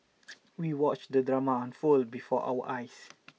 we watched the drama unfold before our eyes